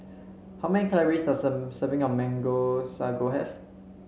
how many calories does a serving of Mango Sago have